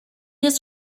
was